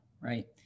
right